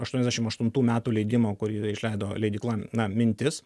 aštuoniasdešim aštuntų metų leidimo kurį išleido leidykla na mintis